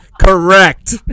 Correct